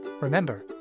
Remember